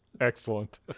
Excellent